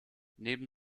neben